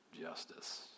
justice